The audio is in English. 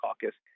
Caucus